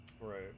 Right